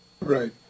Right